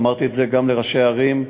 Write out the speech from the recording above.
אמרתי את זה גם לראשי הערים,